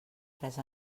res